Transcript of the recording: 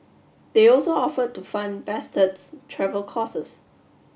they also offered to fun Bastard's travel costs